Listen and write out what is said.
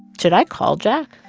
should i call jack?